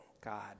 God